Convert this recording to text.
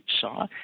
saw